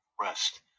Rest